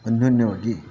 ಅನ್ಯೋನ್ಯವಾಗಿ